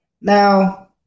now